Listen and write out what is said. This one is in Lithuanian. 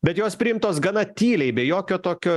bet jos priimtos gana tyliai be jokio tokio